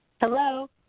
Hello